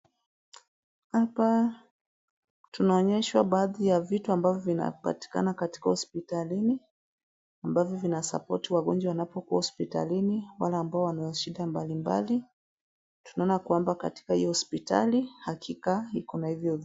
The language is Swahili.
Hapa tunaonyeshwa baadhi ya vitu ambavyo vinapatikana katika hospitalini, ambavyo vina support wagonjwa wanapokuwa hospitalini, wale ambao wana shida mbalimbali. Tunaona kwamba katika hiyo hospitali hakika iko na hivyo.